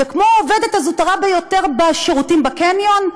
ועל העובדת הזוטרה ביותר בשירותים בקניון?